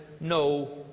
no